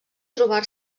trobar